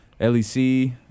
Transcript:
lec